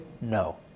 No